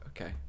Okay